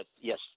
Yes